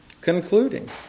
concluding